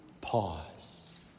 pause